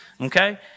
okay